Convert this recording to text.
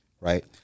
right